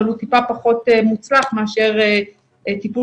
אבל הוא טיפה פחות מוצלח מאשר טיפול